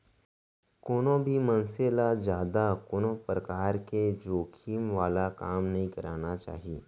कोनो भी मनसे ल जादा कोनो परकार के जोखिम वाला काम नइ करना चाही